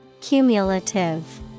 Cumulative